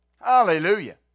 Hallelujah